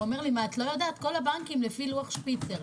ענה: כל הבנקים לפי לוח שפיצר,